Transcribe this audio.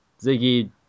Ziggy